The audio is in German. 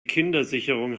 kindersicherung